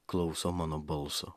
klauso mano balso